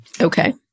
Okay